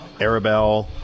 Arabelle